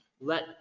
Let